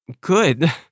good